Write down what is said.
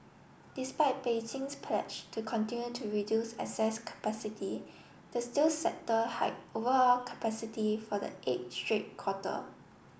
despite Beijing's pledge to continue to reduce excess capacity the steel sector hiked overall capacity for the eighth straight quarter